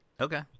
Okay